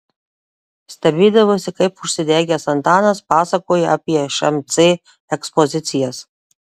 stebėdavausi kaip užsidegęs antanas pasakoja apie šmc ekspozicijas